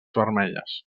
vermelles